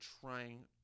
trying